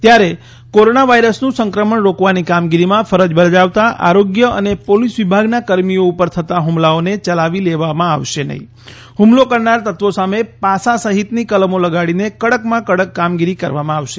ત્યારે કોરોના વાયરસનું સંક્રમણ રોકવાની કામગીરીમાં ફરજ બજાવતા આરોગ્ય અને પોલીસ વિભાગના કર્મીઓ ઉપર થતાં હૂમલાઓને ચલાવી લેવામાં આવશે નહીં હૂમલો કરનાર તત્વો સામે પાસા સહિતની કલમો લગાવીને કડકમાં કડક કામગીરી કરવામાં આવશે